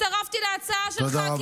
סירבתי להצעה שלך,